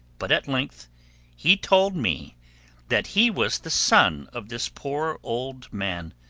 but at length he told me that he was the son of this poor old man,